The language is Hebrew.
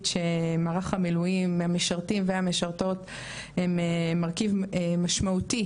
שמערך המילואים המשרתים והמשרתות הם מרכיב משמעותי